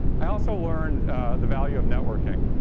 i also learned the value of networking.